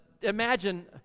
imagine